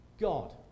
God